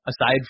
aside